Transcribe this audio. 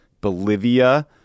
Bolivia